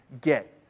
get